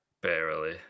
Barely